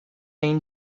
این